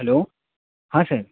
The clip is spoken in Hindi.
हेलो हाँ सर